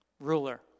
Ruler